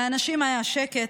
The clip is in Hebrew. לאנשים היה שקט,